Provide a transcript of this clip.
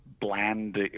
bland